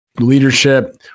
leadership